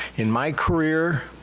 in my career,